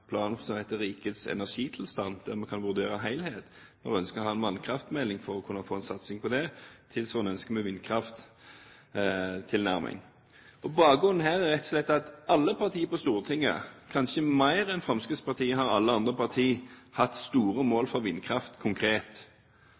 vannkraftmelding for å få en satsing på det. Tilsvarende ønsker vi en vindkrafttilnærming. Bakgrunnen her er rett og slett at alle partier på Stortinget – kanskje mer enn Fremskrittspartiet – har hatt store mål for vindkraft konkret.